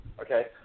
Okay